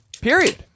Period